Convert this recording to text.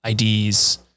IDs